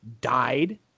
died